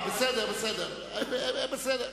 בסדר, בסדר.